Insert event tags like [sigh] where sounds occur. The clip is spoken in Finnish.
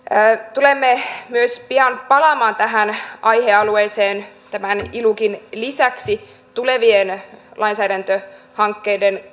tulemme pian palaamaan tähän aihealueeseen ilucin lisäksi myös tulevien lainsäädäntöhankkeiden [unintelligible]